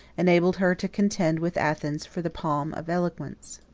enabled her to contend with athens for the palm of eloquence.